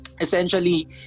Essentially